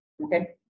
Okay